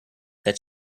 that